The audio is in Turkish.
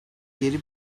geri